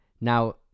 Now